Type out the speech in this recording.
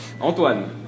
Antoine